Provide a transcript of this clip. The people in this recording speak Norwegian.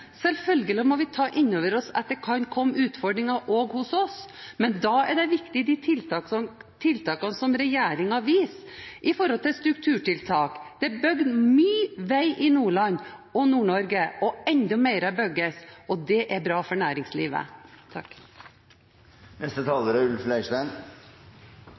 Selvfølgelig må vi ta innover oss at det kan komme utfordringer også hos oss, men da er de tiltakene som regjeringen viser når det gjelder strukturtiltak, viktige. Det er bygget mye vei i Nordland og Nord-Norge, og enda mer bygges. Det er bra for næringslivet.